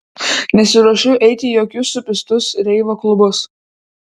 nesiruošiu eiti į jokius supistus reivo klubus